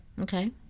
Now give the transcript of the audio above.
Okay